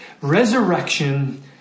resurrection